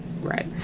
Right